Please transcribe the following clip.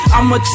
I'ma